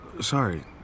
sorry